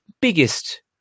biggest